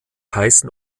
heißen